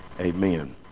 amen